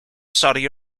saudi